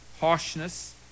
harshness